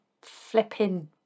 flipping